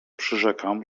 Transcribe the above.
przyrzekam